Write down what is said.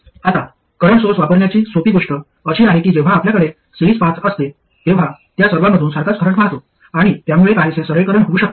आता current source वापरण्याची सोपी गोष्ट अशी आहे की जेव्हा आपल्याकडे सिरीज पाथ असते तेव्हा त्या सर्वांमधून सारखाच करंट वाहतो आणि त्यामुळे काहीसे सरलीकरण होऊ शकते